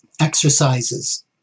exercises